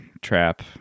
trap